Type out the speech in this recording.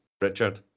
Richard